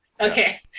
Okay